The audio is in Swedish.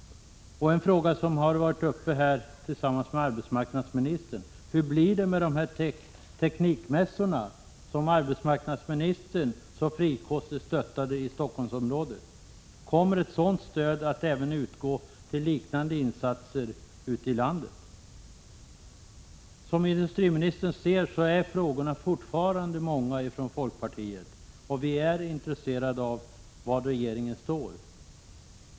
En fråga som har varit uppe hos arbetsmarknadsministern är hur det blir med teknikmässorna, som arbetsmarknadsministern så frikostigt stödde i Stockholmsområdet? Kommer ett liknande stöd att även utgå till insatser ute i landet? Som industriministern ser är frågorna från folkpartiet fortfarande många, och vi är intresserade av att veta var regeringen står.